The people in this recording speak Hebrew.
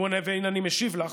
והינה אני משיב לך,